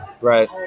Right